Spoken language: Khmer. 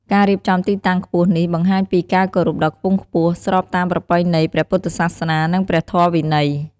ការរៀបចំទីតាំងខ្ពស់នេះ បង្ហាញពីការគោរពដ៏ខ្ពង់ខ្ពស់ ស្របតាមប្រពៃណីព្រះពុទ្ធសាសនា និងព្រះធម៌វិន័យ។